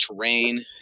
terrain